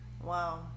Wow